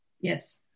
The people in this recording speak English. Yes